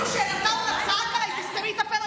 אפילו שעטאונה צעק עליי: תסתמי את הפה,